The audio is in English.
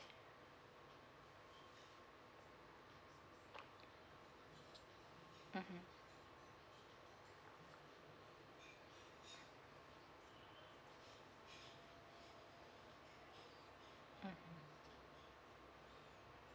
mmhmm mm